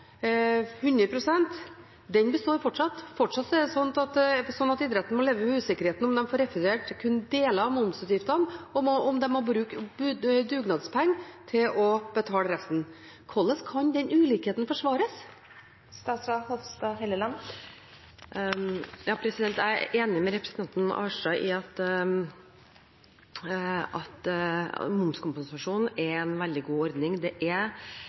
består fortsatt. Fortsatt er det slik at idretten må leve med usikkerheten om de får refusert kun deler av momsutgiftene, og om de må bruke dugnadspenger til å betale resten. Hvordan kan den ulikheten forsvares? Jeg er enig med representanten Arnstad i at momskompensasjon er en veldig god ordning, det er